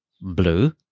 blue